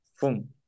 boom